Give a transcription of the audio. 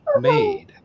made